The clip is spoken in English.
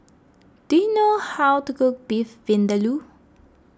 do you know how to cook Beef Vindaloo